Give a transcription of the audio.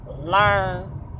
learn